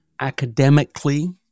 academically